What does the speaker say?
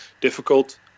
difficult